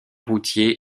routier